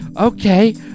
Okay